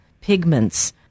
pigments